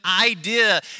idea